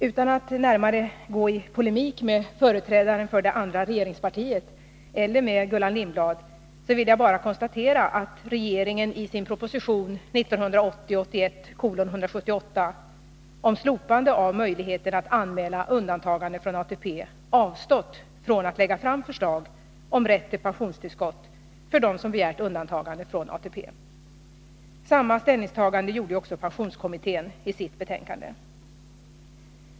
Utan att närmare gå i polemik med företrädaren för det andra regeringspartiet eller med Gullan Lindblad vill jag bara konstatera att regeringen i sin proposition 1980/81:178 om slopande av möjligheterna att anmäla undantagande från ATP avstått från att lägga fram förslag om rätt till pensionstillskott för dem som begärt undantaganden från ATP. Samma ställningstagande gjorde också pensionskommittén i sitt betänkande.